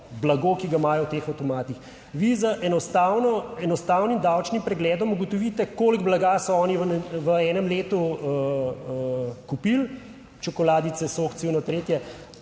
ki ga imajo v teh avtomatih, vi z enostavno enostavnim davčnim pregledom ugotovite koliko blaga so oni v enem letu kupili, čokoladice, sok, tretje,